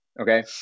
Okay